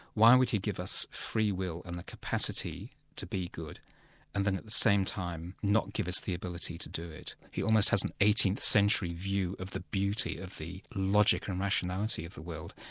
why would he give us free will and the capacity to be good and then at the same time not give us the ability to do it? he almost has an eighteenth century view of the beauty of the logic and rationality of the world,